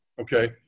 okay